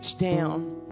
down